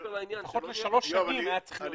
לפחות לשלוש שנים היה צריך --- אני